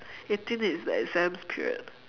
eighteen is the exams period